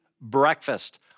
breakfast